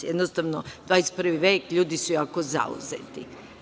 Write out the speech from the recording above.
Jednostavno, 21 vek, ljudi su jako zauzeti.